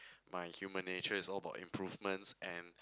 my human nature is all about improvements and